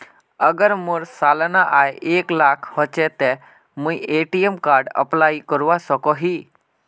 अगर मोर सालाना आय एक लाख होचे ते मुई ए.टी.एम कार्ड अप्लाई करवा सकोहो ही?